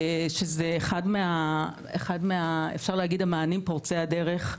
שזה אחד מהמענים פורצי הדרך,